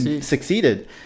succeeded